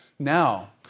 Now